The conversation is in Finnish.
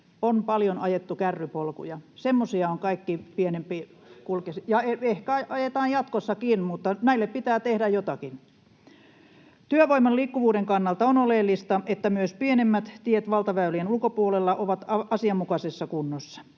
Ovaska: Ja ajetaan jatkossakin!] — Ja ehkä ajetaan jatkossakin, mutta näille pitää tehdä jotakin. Työvoiman liikkuvuuden kannalta on oleellista, että myös pienemmät tiet valtaväylien ulkopuolella ovat asianmukaisessa kunnossa.